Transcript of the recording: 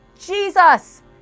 Jesus